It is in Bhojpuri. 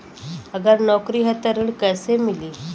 अगर नौकरी ह त ऋण कैसे मिली?